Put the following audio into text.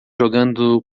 jogando